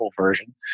version